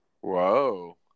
Whoa